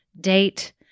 date